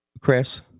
Chris